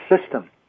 system